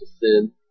sin